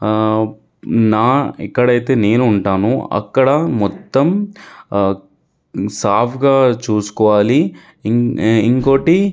నా ఎక్కడైతే నేను ఉంటానో అక్కడ మొత్తం సాఫ్గా చూసుకోవాలి ఇంకా ఇంకోకటి